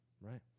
right